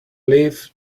leaf